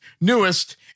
newest